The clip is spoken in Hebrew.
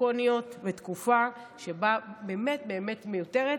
דרקוניות בתקופה שבה באמת באמת זה מיותר.